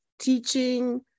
teaching